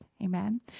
Amen